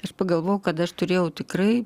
aš pagalvojau kad aš turėjau tikrai